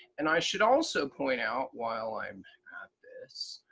and i should also point out while i'm at this,